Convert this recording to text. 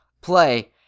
play